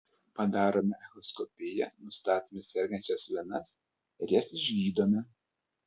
padarome echoskopiją nustatome sergančias venas ir jas išgydome